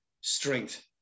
strength